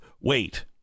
Wait